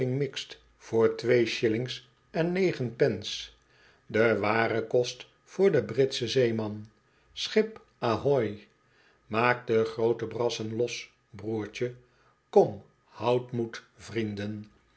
mixed voor twee shillings en negen pence de ware kost voor den britschen zeeman ship ahoy maak de groote brassen los broertje komt houd moed vrienden